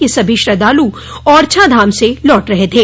यह सभी श्रद्धालु औरछा धाम से लौट रहे थे